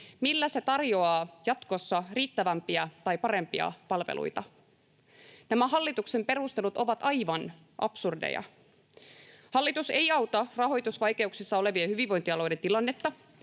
nytkään, tarjoaa jatkossa riittävämpiä tai parempia palveluita? Nämä hallituksen perustelut ovat aivan absurdeja. Hallitus ei auta rahoitusvaikeuksissa olevien hyvinvointialueiden tilannetta,